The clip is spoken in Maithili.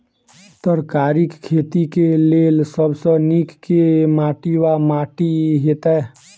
तरकारीक खेती केँ लेल सब सऽ नीक केँ माटि वा माटि हेतै?